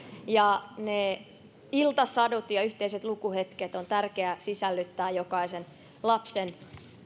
ja iltasadut ja yhteiset lukuhetket on tärkeä sisällyttää jokaisen lapsen